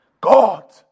God